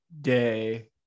day